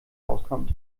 auskommt